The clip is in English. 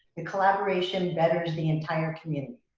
and collaboration betters the entire community.